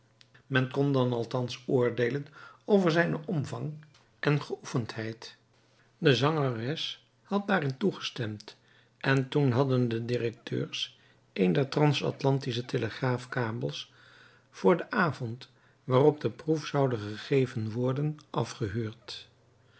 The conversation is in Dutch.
men kon dan althans oordeelen over zijnen omvang en geoefendheid de zangeres had daarin toegestemd en toen hadden de directeurs een der transatlantische telegraafkabels voor den avond waarop de proef zoude gegeven worden afgehuurd